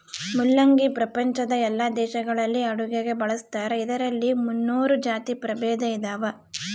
ಮುಲ್ಲಂಗಿ ಪ್ರಪಂಚದ ಎಲ್ಲಾ ದೇಶಗಳಲ್ಲಿ ಅಡುಗೆಗೆ ಬಳಸ್ತಾರ ಇದರಲ್ಲಿ ಮುನ್ನೂರು ಜಾತಿ ಪ್ರಭೇದ ಇದಾವ